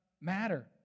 matter